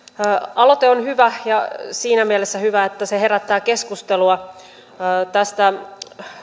aloite on hyvä ja siinä mielessä hyvä että se herättää keskustelua tästä